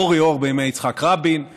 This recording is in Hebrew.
אורי אור בימי יצחק רבין,